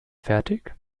fertig